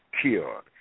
cured